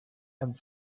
and